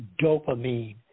dopamine